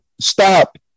stop